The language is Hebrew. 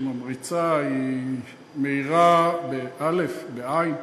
היא ממריצה, היא מאירה באל"ף, בעי"ן,